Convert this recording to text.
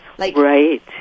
Right